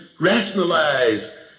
rationalize